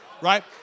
right